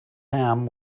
ham